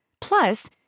Plus